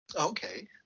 Okay